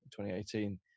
2018